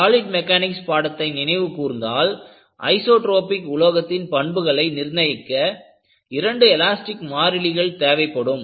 solids mechanics பாடத்தை நினைவு கூர்ந்தால் ஐஸோட்ரோபிக் உலோகத்தின் பண்புகளை நிர்ணயிக்க இரண்டு எலாஸ்டிக் மாறிலிகள் தேவைப்படும்